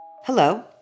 Hello